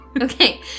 Okay